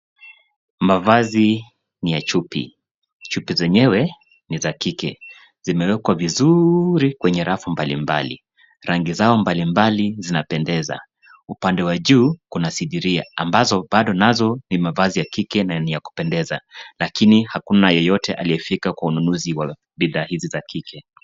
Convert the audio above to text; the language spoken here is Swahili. Mavazi ni ya chupi. Chupi zenyewe ni za kike zimeeekwa vizuri kwenye rafu mbalimbali rangi zao mbalimbali zinapendeza. Upande wa juu kuna sindiria ambazo bado nazo ni mavazi ya kike na ni ya kupendeza lakini hakuna yeyote aliyefika ununuzi wa bidhaa hizi za kike.